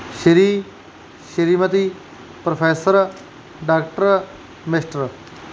Shri Shrimati professor doctor mister